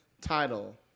title